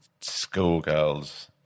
schoolgirls